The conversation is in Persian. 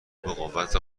بقوت